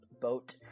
boat